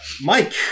Mike